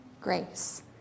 grace